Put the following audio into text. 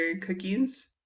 cookies